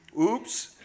Oops